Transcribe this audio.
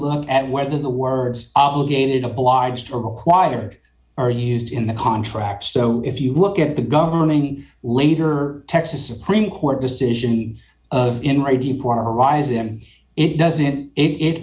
look at whether the words obligated obliged to required are used in the contract so if you look at the governing later texas supreme court decision of in my deepwater horizon it doesn't it